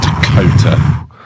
Dakota